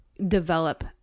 develop